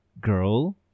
girl